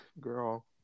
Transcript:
girl